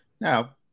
Now